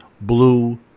blue